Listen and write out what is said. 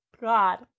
God